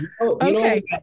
Okay